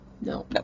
no